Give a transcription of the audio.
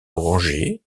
orangé